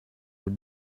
were